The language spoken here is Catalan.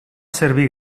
servir